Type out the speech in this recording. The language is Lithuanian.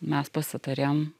mes pasitarėm